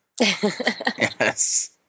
Yes